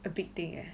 a big thing leh